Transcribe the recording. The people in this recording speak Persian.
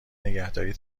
نگهداری